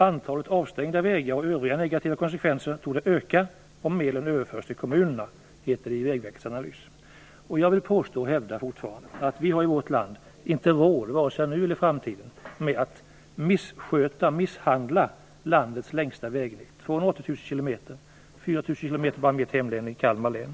Antalet avstängda vägar och övriga negativa konsekvenser torde öka om medlen överförs till kommunerna, heter det i Jag vill fortfarande hävda att vi i vårt land inte har råd, vare sig nu eller i framtiden, att missköta och misshandla landets längsta vägnät, 280 000 kilometer långt med 4 000 kilometer bara i mitt hemlän, Kalmar län.